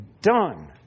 done